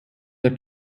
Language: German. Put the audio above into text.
der